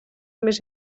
més